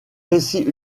récits